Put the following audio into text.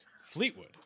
fleetwood